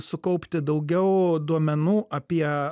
sukaupti daugiau duomenų apie